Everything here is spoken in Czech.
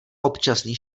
občasný